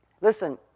Listen